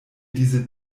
diese